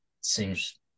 seems